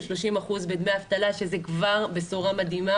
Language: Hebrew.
30% מדמי האבטלה שזה כבר בשורה מדהימה.